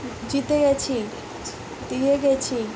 জিতে গেছি দিয়ে গেছি